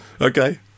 Okay